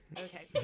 Okay